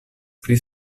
pli